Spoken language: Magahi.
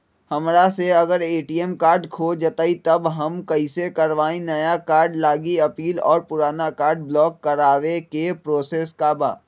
हमरा से अगर ए.टी.एम कार्ड खो जतई तब हम कईसे करवाई नया कार्ड लागी अपील और पुराना कार्ड ब्लॉक करावे के प्रोसेस का बा?